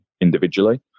individually